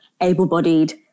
able-bodied